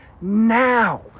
now